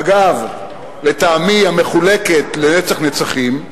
אגב, לטעמי, המחולקת לנצח נצחים,